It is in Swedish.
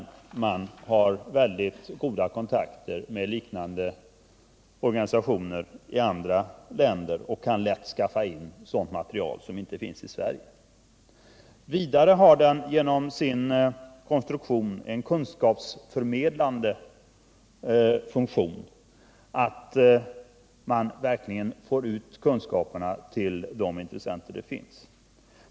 Stiftelsen har mycket goda kontakter med liknande organisationer i andra länder och kan lätt skaffa in sådant material som inte finns i Sverige. Vidare har den genom sin konstruktion en kunskapsförmedlande funktion i förhållande till de intressenter som finns.